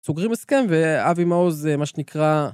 סוגרים הסכם ואבי מעוז זה מה שנקרא.